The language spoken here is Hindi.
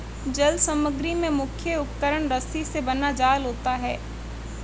जल समग्री में मुख्य उपकरण रस्सी से बना जाल होता है